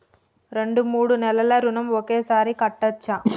రెండు మూడు నెలల ఋణం ఒకేసారి కట్టచ్చా?